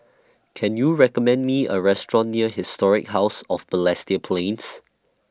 Can YOU recommend Me A Restaurant near Historic House of Balestier Plains